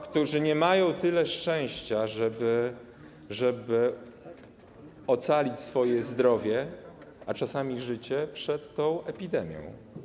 którzy nie mają tyle szczęścia, żeby ocalić swoje zdrowie, a czasami życie, przed tą epidemią.